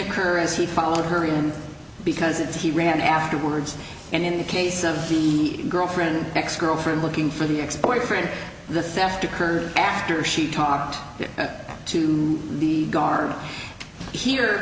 occur as he followed her in because it's he ran afterwards and in the case of the girlfriend ex girlfriend looking for the exploit friend the theft occurred after she talked to the guard here